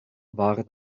war